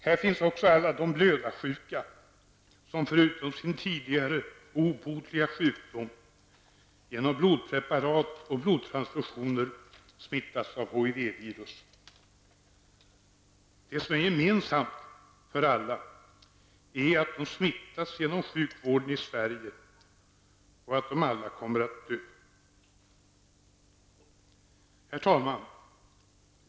Här finns också alla de blödarsjuka, som förutom sin tidigare obotliga sjukdom genom blodpreparat och blodtransfusioner smittats med HIV-virus. Det som är gemensamt för alla är att de smittats inom sjukvården i Sverige och att de alla kommer att dö. Herr talman!